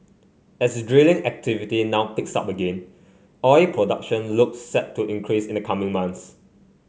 as drilling activity now picks up again oil production looks set to increase in the coming months